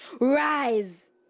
Rise